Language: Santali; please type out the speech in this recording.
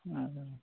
ᱚ